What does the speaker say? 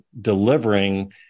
delivering